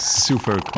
Super